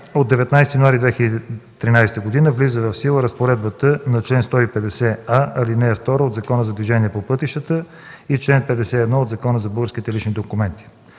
от 19 януари 2013 г. влиза в сила разпоредбата на чл. 150а, ал. 2 от Закона за движение по пътищата и чл. 51 от Закона за българските лични документи.